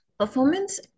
Performance